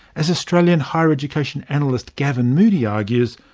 as australian higher education analyst gavin moodie argues,